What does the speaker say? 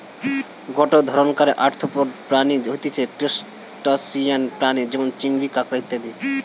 গটে ধরণকার আর্থ্রোপড প্রাণী হতিছে ত্রুসটাসিয়ান প্রাণী যেমন চিংড়ি, কাঁকড়া ইত্যাদি